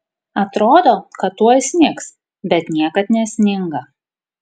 atrodo kad tuoj snigs bet niekad nesninga